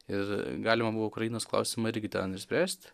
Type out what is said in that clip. ir galima buvo ukrainos klausimą irgi ten išspręst